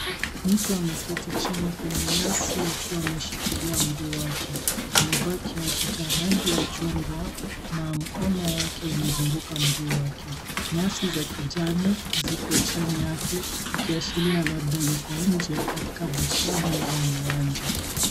Mtu ameketi chini kwenye nyasi akiwa ameshikilia mguu wake. Amevaa kiatu cha rangi ya chungwa na mkono wake umezunguka mguu wake. Nyasi za kijani ziko chini yake ukiashiria labda yuko nje katika bustani au uwanja.